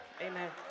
Amen